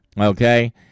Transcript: okay